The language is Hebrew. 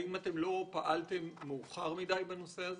האם לא פעלתם מאוחר מידי בנושא הזה?